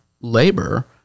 labor